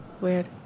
weird